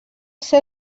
ser